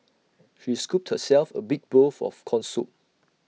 she scooped herself A big bowl of Corn Soup